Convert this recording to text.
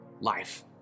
life